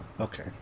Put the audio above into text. Okay